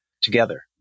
together